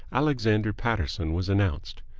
alexander paterson was announced.